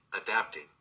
adapting